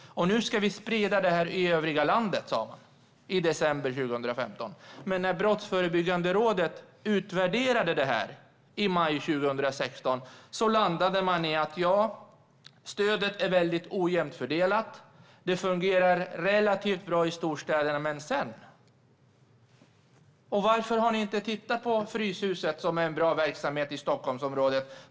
Man sa - i december 2015 - att detta skulle spridas till övriga landet. Men när Brottsförebyggande rådet utvärderade detta i maj 2016 kom man fram till att stödet är mycket ojämnt fördelat. Det fungerar relativt bra i storstäderna. Men sedan då? Varför har ni inte tittat på Fryshuset, som har en bra verksamhet i Stockholmsområdet?